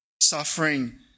suffering